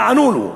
מה ענו לו.